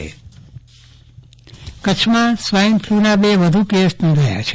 Chandravadan Pattani swine flu કચ્છમાં swine ફલુના બે વધુ કેસ નોંધાયા છે